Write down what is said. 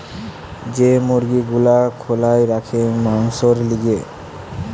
যে মুরগি গুলা খোলায় রাখে মাংসোর লিগে